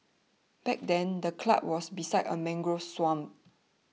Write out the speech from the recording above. back then the club was beside a mangrove swamp